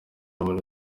muri